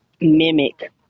mimic